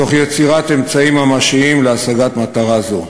תוך יצירת אמצעים ממשיים להשגת מטרה זו.